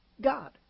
God